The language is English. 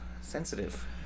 sensitive